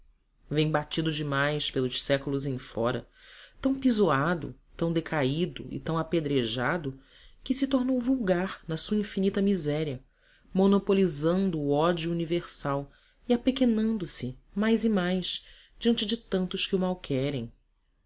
vem batido demais pelos séculos em fora tão pisoado tão decaído e tão apedrejado que se tornou vulgar na sua infinita miséria monopolizando o ódio universal e apequenando se mais e mais diante de tantos que o malquerem